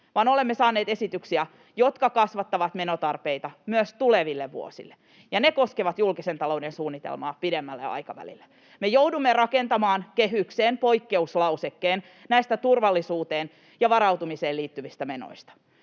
vaan olemme saaneet esityksiä, jotka kasvattavat menotarpeita myös tuleville vuosille, ja ne koskevat julkisen talouden suunnitelmaa pidemmälle aikavälille. Me joudumme rakentamaan kehykseen poikkeuslausekkeen näistä turvallisuuteen ja varautumiseen liittyvistä menoista.